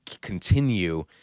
continue